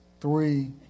three